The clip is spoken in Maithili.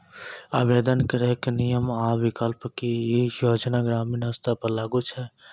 आवेदन करैक नियम आ विकल्प? की ई योजना ग्रामीण स्तर पर लागू छै?